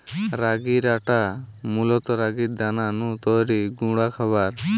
রাগির আটা মূলত রাগির দানা নু তৈরি গুঁড়া খাবার